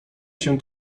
się